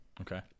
Okay